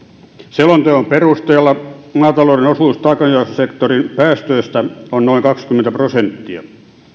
selonteon perusteella maatalouden osuus taakanjakosektorin päästöistä on noin kaksikymmentä prosenttia